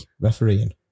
refereeing